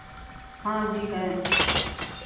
हाँ जी है